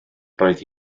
roedd